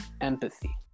empathy